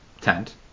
tent